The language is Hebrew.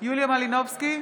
יוליה מלינובסקי,